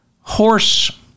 horse